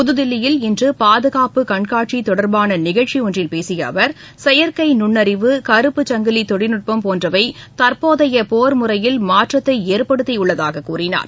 புத்தில்லியில் இன்று பாதுகாப்பு கண்காட்சி தொடர்பான நிகழ்ச்சி ஒன்றில் பேசிய அவர் செயற்கை நுன்னறிவு கருப்பு சங்கிலி தொழில்நுட்பம் போன்றவை தற்போதைய போர் முறையில் மாற்றத்தை ஏற்படுத்தியுள்ளதாக கூறினார்